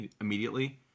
immediately